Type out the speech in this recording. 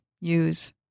use